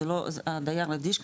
הדייר אדיש,